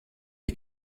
est